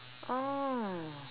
oh